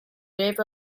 dave